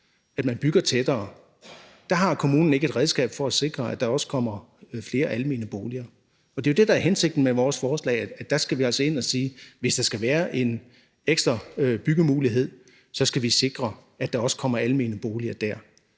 at man bygger tættere. Der har kommunen ikke et redskab til at sikre, at der også kommer flere almene boliger. Det er jo det, der er hensigten med vores forslag: at sikre, at hvis der skal være en ekstra byggemulighed, så kommer der også almene boliger der.